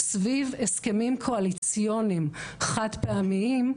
סביב הסכמים קואליציוניים חד-פעמיים,